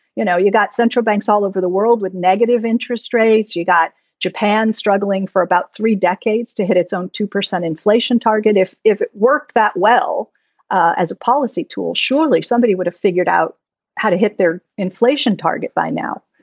you know, you've got central banks all over the world with negative interest rates. you got japan struggling for about three decades to hit its own two percent inflation target. if if it worked that well as a policy tool, surely somebody would have figured out how to hit their inflation target by now